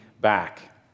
back